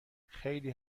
خیلی